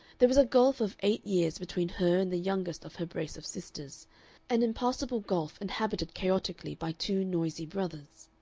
there was a gulf of eight years between her and the youngest of her brace of sisters an impassable gulf inhabited chaotically by two noisy brothers.